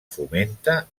fomenta